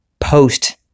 post